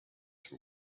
from